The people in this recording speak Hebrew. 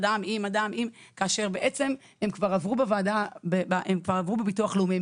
כאשר הם כבר עברו בביטוח הלאומי,